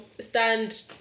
stand